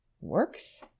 works